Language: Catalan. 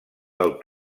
del